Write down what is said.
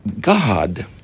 God